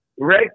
Right